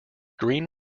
green